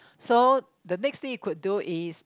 so the next thing you could do is